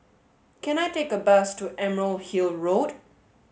can I take a bus to Emerald Hill Road